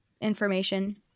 information